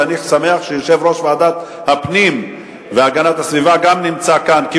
ואני שמח שיושב-ראש ועדת הפנים והגנת הסביבה נמצא כאן כי